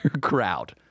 crowd